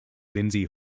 lindsay